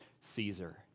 Caesar